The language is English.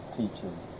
teachers